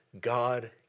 God